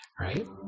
right